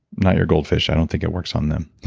not your goldfish. i don't think it works on them.